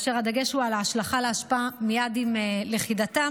והדגש הוא על השלכה לאשפה מייד עם הלכידה,